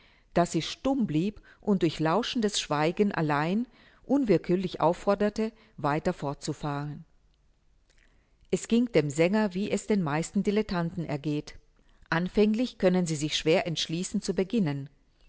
daß sie stumm blieb und durch lauschendes schweigen allein unwillkürlich aufforderte weiter fortzufahren es ging dem sänger wie es den meisten dilettanten ergeht anfänglich können sie sich schwer entschließen zu